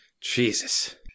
Jesus